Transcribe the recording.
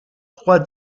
trois